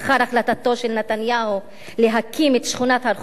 שונאים את הילידים של המולדת,